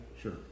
Sure